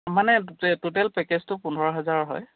মানে ট'টেল পেকেজটো পোন্ধৰ হাজাৰৰ হয়